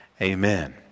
amen